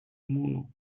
муну